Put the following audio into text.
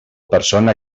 persona